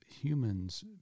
humans